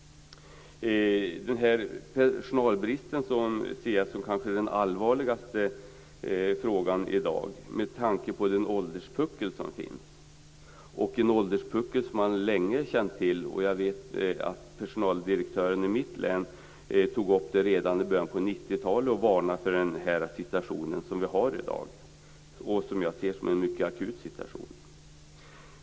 Jag ser personalbristen som den allvarligaste frågan i dag med tanke på den ålderspuckel som finns och som man länge har känt till. Personaldirektören i mitt hemlän tog upp denna ålderspuckel redan i början av 90-talet, och han varnade för den situation som vi har i dag, en mycket akut situation.